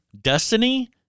destiny